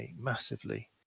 massively